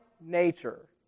nature